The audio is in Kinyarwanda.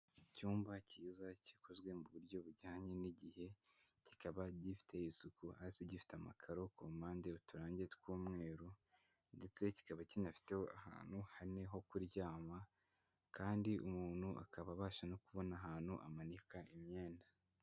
Icyumba cyiza gikozwe mu buryo bujyanye n'igihe, kikaba gifite isuku hasi gifite amakaro ku mpande uturange tw'umweru ndetse kikaba kinafiteho ahantu hane ho kuryama, kandi umuntu akaba abasha no kubona ahantu amanika imyenda.